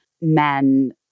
men